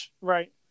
Right